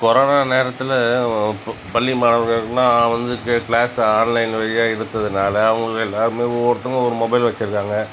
corona நேரத்தில் பள்ளி மாணவர்களுக்குலாம் வந்து கே கிளாஸ் ஆன்லைனில் வழியாக எடுத்ததுனால் அவங்க எல்லாருமே ஒவ்வொருத்தவங்க ஒரு மொபைல் வச்சியிருக்காங்க